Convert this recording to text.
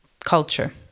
culture